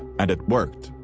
and it worked.